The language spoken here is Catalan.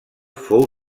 fou